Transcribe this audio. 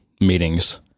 meetings